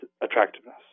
attractiveness